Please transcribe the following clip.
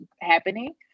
happening